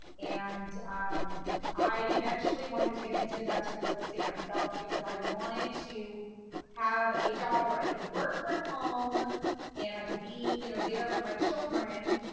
and um i eventually wanted to get into investment real estate myself because i wanted to have a job where i could work from home and i could be you know there for my children.